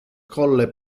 colle